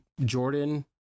Jordan